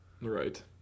Right